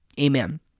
amen